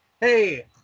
hey